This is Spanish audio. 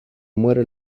muere